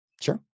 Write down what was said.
Sure